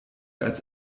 als